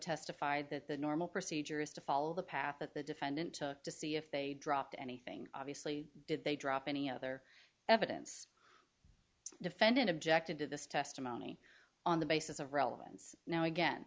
testified that the normal procedure is to follow the path that the defendant took to see if they dropped anything obviously did they drop any other evidence defendant objected to this testimony on the basis of relevance now again